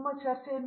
professor